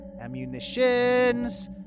ammunitions